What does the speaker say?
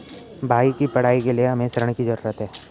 भाई की पढ़ाई के लिए हमे ऋण की जरूरत है